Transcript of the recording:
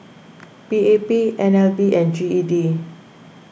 P A P N L B and G E D